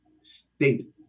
state